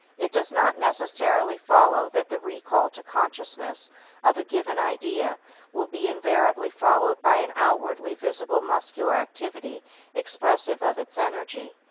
it does not necessarily follow that the recall to consciousness of a given idea will be invariably followed by an outwardly visible muscular activity expressive of its energy.